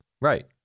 Right